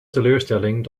teleurstelling